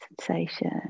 sensation